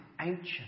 ancient